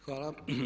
Hvala.